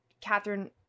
Catherine